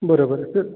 बरोबर सर